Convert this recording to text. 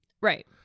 Right